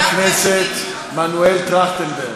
חבר הכנסת מנואל טרכטנברג.